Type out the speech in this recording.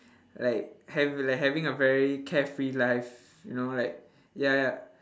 like hav~ like having a very carefree life you know like ya ya